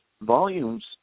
volumes